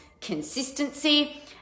consistency